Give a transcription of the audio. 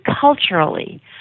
culturally